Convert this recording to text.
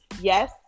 Yes